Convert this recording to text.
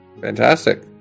Fantastic